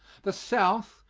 the south,